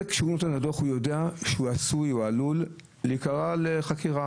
הוא יודע שהוא עשוי להיקרא לחקירה.